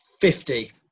Fifty